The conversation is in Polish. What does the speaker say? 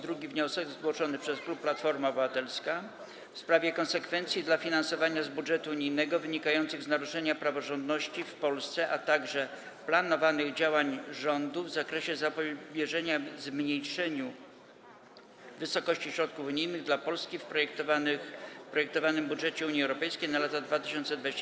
Drugi wniosek, zgłoszony przez klub Platforma Obywatelska, jest w sprawie konsekwencji dla finansowania z budżetu unijnego wynikających z naruszenia praworządności w Polsce, a także planowanych działań rządu w zakresie zapobieżenia zmniejszeniu wysokości środków unijnych dla Polski w projektowanym budżecie Unii Europejskiej na lata 2021–2027.